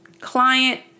client